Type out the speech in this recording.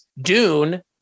Dune